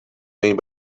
made